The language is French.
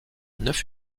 neuf